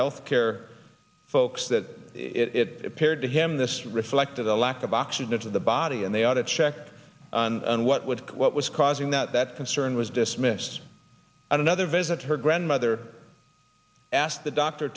health care folks that it appeared to him this reflected the lack of oxygen to the body and they ought to check and what would what was causing that that concern was dismissed another visit her grandmother asked the doctor